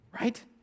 right